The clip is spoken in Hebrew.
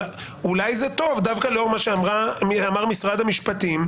אולי זה טוב דווקא לאור מה שאמר משרד המשפטים.